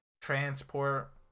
transport